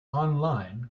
online